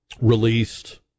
released